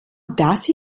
das